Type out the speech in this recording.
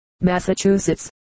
Massachusetts